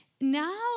Now